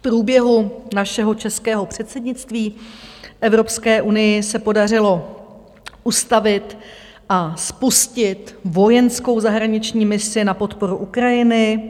V průběhu našeho českého předsednictví v Evropské unii se podařilo ustavit a spustit vojenskou zahraniční misi na podporu Ukrajiny.